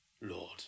Lord